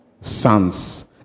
sons